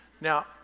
now